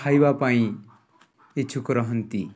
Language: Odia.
ଖାଇବା ପାଇଁ ଇଛୁକ ରହନ୍ତି